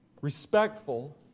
respectful